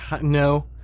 no